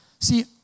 See